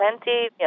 plenty